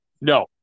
No